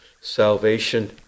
salvation